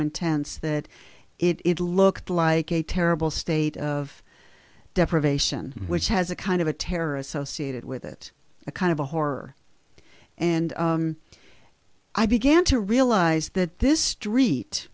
intense that it looked like a terrible state of deprivation which has a kind of a terrorist so seated with it a kind of a horror and i began to realize that this street